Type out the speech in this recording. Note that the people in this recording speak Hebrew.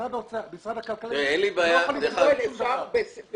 משרד הכלכלה לא יכול לתרום שום דבר.